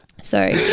Sorry